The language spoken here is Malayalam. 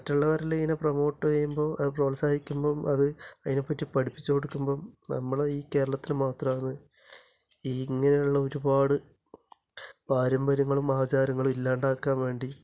മറ്റുള്ളവരിൽ ഇങ്ങനെ പ്രൊമോട്ട് ചെയ്യുമ്പോൾ അത് പ്രോത്സാഹിപ്പിക്കുമ്പോൾ അത് അതിനെ പറ്റി പഠിപ്പിച്ചു കൊടുക്കുമ്പോൾ നമ്മൾ ഈ കേരളത്തിൽ മാത്രമാണ് ഈ ഇങ്ങനെയുള്ള ഒരുപാട് പാരമ്പര്യങ്ങളും ആചാരങ്ങളും ഇല്ലാണ്ടാക്കാന് വേണ്ടി